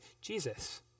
Jesus